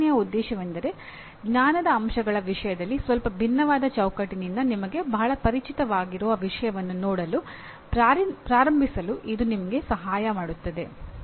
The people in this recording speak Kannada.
ಈ ನಿಯೋಜನೆಯ ಉದ್ದೇಶವೆಂದರೆ ಜ್ಞಾನದ ಅಂಶಗಳ ವಿಷಯದಲ್ಲಿ ಸ್ವಲ್ಪ ವಿಭಿನ್ನವಾದ ಚೌಕಟ್ಟಿನಿಂದ ನಿಮಗೆ ಬಹಳ ಪರಿಚಿತವಾಗಿರುವ ವಿಷಯವನ್ನು ನೋಡಲು ಪ್ರಾರಂಭಿಸಲು ಇದು ನಿಮಗೆ ಸಹಾಯ ಮಾಡುತ್ತದೆ